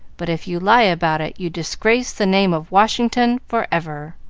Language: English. but if you lie about it you disgrace the name of washington forever.